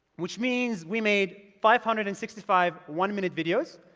which means we made five hundred and sixty five one-minute videos,